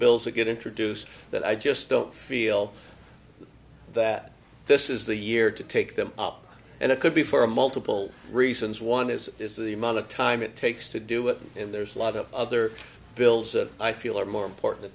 bills that get introduced that i just don't feel that this is the year to take them up and it could be for a multiple reasons one is is the amount of time it takes to do it and there's a lot of other bills that i feel are more important t